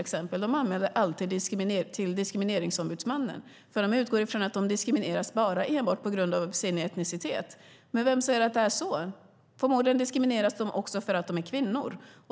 De anmäler alltid till Diskrimineringsombudsmannen. De utgår från att de diskrimineras enbart på grund av sin etnicitet. Men vem säger att det är så? Förmodligen diskrimineras de också för att de är kvinnor.